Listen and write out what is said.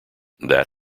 that